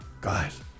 guys